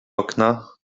okna